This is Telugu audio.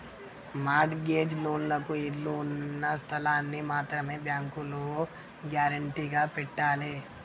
మార్ట్ గేజ్ లోన్లకు ఇళ్ళు ఉన్న స్థలాల్ని మాత్రమే బ్యేంకులో గ్యేరంటీగా పెట్టాలే